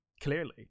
Clearly